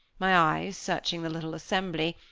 my eyes searching the little assembly,